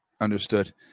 Understood